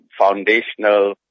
foundational